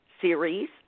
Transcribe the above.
Series